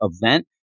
event